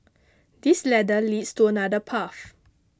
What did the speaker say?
this ladder leads to another path